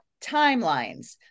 timelines